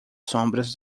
sombras